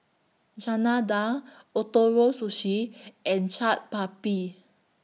Chana Dal Ootoro Sushi and Chaat Papri